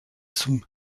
zum